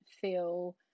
feel